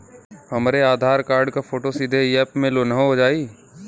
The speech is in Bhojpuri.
हमरे आधार कार्ड क फोटो सीधे यैप में लोनहो जाई?